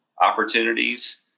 opportunities